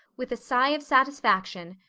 with a sigh of satisfaction,